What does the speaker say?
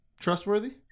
trustworthy